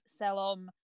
Selom